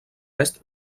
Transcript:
est